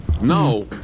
No